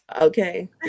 Okay